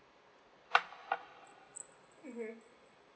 mmhmm